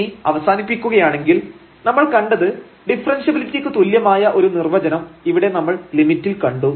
ഇനി അവസാനിപ്പിക്കുകയാണെങ്കിൽ നമ്മൾ കണ്ടത് ഡിഫറെൻഷ്യബിലിറ്റിക്ക് തുല്യമായ ഒരു നിർവചനം ഇവിടെ നമ്മൾ ലിമിറ്റിൽ കണ്ടു